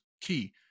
key